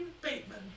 Bateman